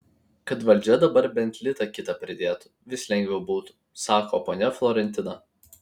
kad valdžia dabar bent litą kitą pridėtų vis lengviau būtų sako ponia florentina